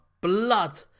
blood